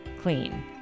clean